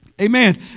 Amen